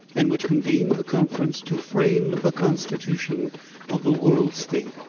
and which convened the conference to frame the constitution of the world state.